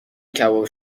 کباب